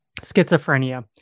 schizophrenia